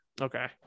Okay